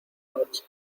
noche